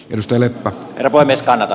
nostele er vormiskanava